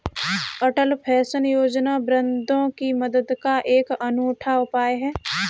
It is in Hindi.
अटल पेंशन योजना वृद्धों की मदद का एक अनूठा उपाय है